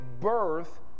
birth